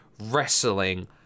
wrestling